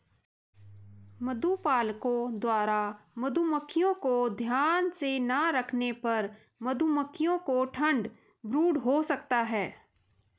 मधुपालकों द्वारा मधुमक्खियों को ध्यान से ना रखने पर मधुमक्खियों को ठंड ब्रूड हो सकता है